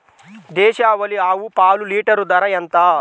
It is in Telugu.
దేశవాలీ ఆవు పాలు లీటరు ధర ఎంత?